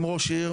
ראש עיר